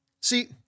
See